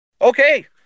Okay